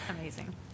Amazing